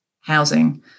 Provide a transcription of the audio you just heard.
housing